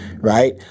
Right